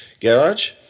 garage